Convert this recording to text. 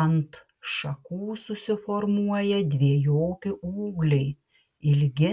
ant šakų susiformuoja dvejopi ūgliai ilgi